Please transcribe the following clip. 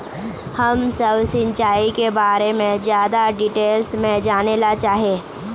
हम सब सिंचाई के बारे में ज्यादा डिटेल्स में जाने ला चाहे?